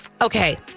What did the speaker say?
Okay